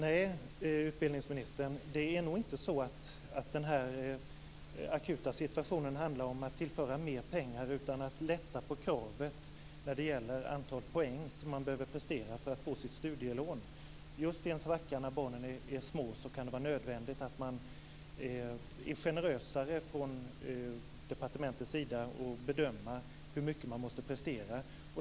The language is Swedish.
Fru talman! Nej, utbildningsministern, den här akuta situationen handlar nog inte om att tillföra mer pengar, utan om att lätta på kravet när det gäller det antal poäng man måste prestera för att få sitt studielån. Just i en svacka när barnen är små kan det vara nödvändigt att man är generösare från departementets sida när det gäller att bedöma hur mycket man måste prestera.